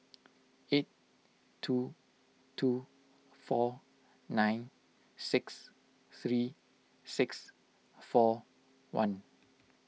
eight two two four nine six three six four one